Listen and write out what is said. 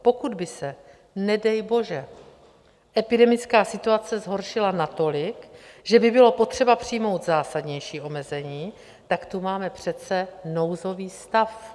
Pokud by se nedej bože epidemická situace zhoršila natolik, že by bylo potřeba přijmout zásadnější omezení, tak tu máme přece nouzový stav.